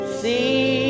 see